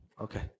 Okay